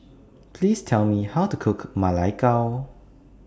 Please Tell Me How to Cook Ma Lai Gao